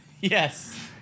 yes